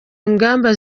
ingamba